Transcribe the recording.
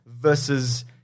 versus